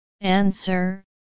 Answer